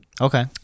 Okay